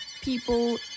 people